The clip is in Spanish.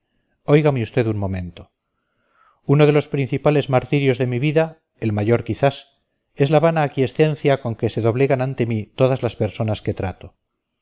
óigame usted un momento uno de los principales martirios de mi vida el mayor quizás es la vana aquiescencia con que se doblegan ante mí todas las personas que trato